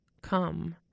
come